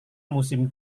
musim